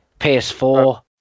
PS4